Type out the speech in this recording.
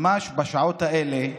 ממש בשעות האלה